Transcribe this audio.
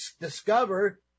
discover